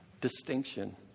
distinction